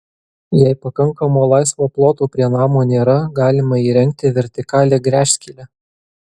jei pakankamo laisvo ploto prie namo nėra galima įrengti vertikalią gręžskylę